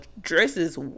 dresses